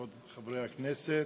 חברי הכנסת,